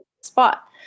spot